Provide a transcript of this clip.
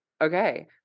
okay